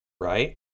Right